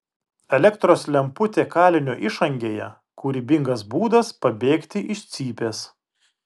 elektros lemputė kalinio išangėje kūrybingas būdas pabėgti iš cypės